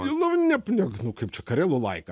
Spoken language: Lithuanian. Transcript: nu ne ne nu kaip čia karelų laika